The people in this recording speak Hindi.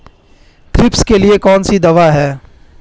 थ्रिप्स के लिए कौन सी दवा है?